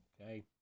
Okay